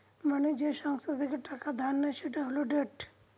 মানুষ যে সংস্থা থেকে টাকা ধার নেয় সেটা হল ডেট